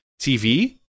TV